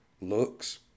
looks